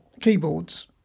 keyboards